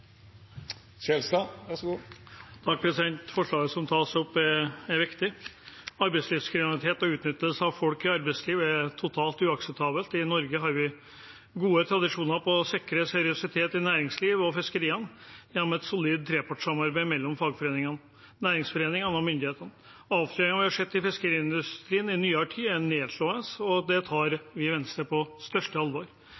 Forslaget som tas opp, er viktig. Arbeidslivskriminalitet og utnyttelse av folk i arbeidslivet er totalt uakseptabelt. I Norge har vi gode tradisjoner for å sikre seriøsitet i næringslivet og fiskeriene gjennom et solid trepartssamarbeid mellom fagforeningene, næringsforeningene og myndighetene. Avsløringene vi har sett i fiskeriindustrien i nyere tid, er nedslående, og det